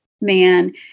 man